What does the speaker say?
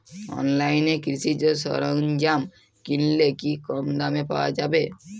অনলাইনে কৃষিজ সরজ্ঞাম কিনলে কি কমদামে পাওয়া যাবে?